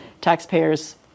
Taxpayers